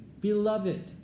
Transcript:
beloved